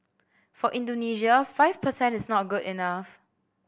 for Indonesia five per cent is not good enough